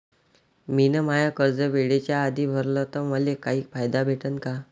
मिन माय कर्ज वेळेच्या आधी भरल तर मले काही फायदा भेटन का?